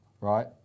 right